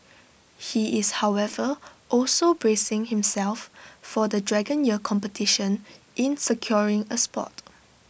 he is however also bracing himself for the dragon year competition in securing A spot